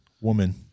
woman